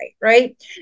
right